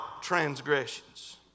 transgressions